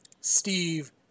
Steve